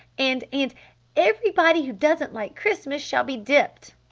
and and everybody who doesn't like christmas shall be dipped!